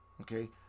Okay